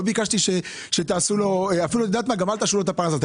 לא ביקשתי שתשעו את הפרנסה שלו,